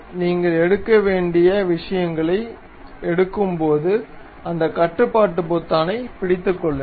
நீங்கள் எடுக்க வேண்டிய விஷயங்களை நீங்கள் எடுக்கும்போது அந்த கட்டுப்பாட்டு பொத்தானைப் பிடித்துக் கொள்ளுங்கள்